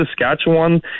Saskatchewan